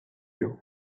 you